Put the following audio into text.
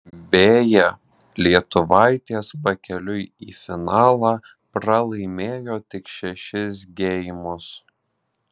beje lietuvaitės pakeliui į finalą pralaimėjo tik šešis geimus